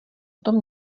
tom